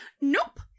Nope